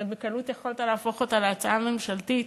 הרי בקלות יכולת להפוך אותה להצעה ממשלתית,